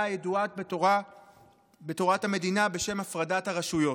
הידועה בתורת המדינה בשם 'הפרדת הרשויות'.